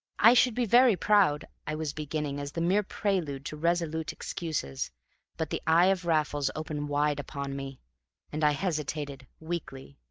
i should be very proud, i was beginning, as the mere prelude to resolute excuses but the eye of raffles opened wide upon me and i hesitated weakly,